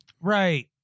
Right